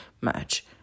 match